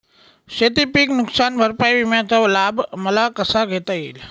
शेतीपीक नुकसान भरपाई विम्याचा लाभ मला कसा घेता येईल?